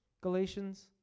Galatians